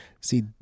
See